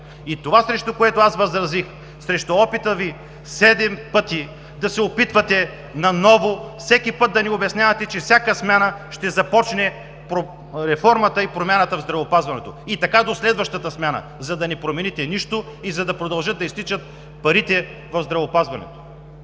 Това, срещу което възразих – срещу опита Ви седем пъти да се опитвате наново всеки път да ни обяснявате, че всяка смяна ще започне реформата и промяната в здравеопазването и така до следващата смяна, за да не промените нищо и за да продължат да изтичат парите в здравеопазването,